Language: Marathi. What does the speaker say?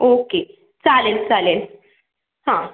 ओके चालेल चालेल हां